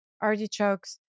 artichokes